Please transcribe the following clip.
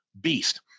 beast